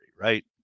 right